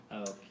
Okay